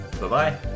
Bye-bye